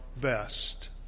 best